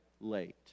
late